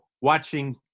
watching